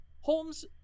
Holmes